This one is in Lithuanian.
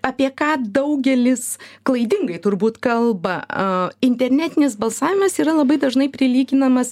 apie ką daugelis klaidingai turbūt kalba a internetinis balsavimas yra labai dažnai prilyginamas